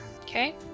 okay